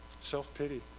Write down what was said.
Self-pity